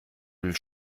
will